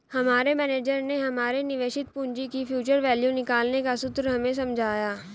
हमारे मेनेजर ने हमारे निवेशित पूंजी की फ्यूचर वैल्यू निकालने का सूत्र हमें समझाया